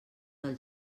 del